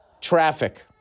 traffic